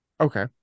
okay